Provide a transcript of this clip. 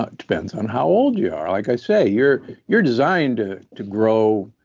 ah depends on how old you are. like i say, you're you're designed to to grow,